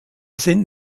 sind